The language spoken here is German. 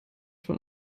von